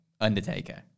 Undertaker